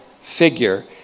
figure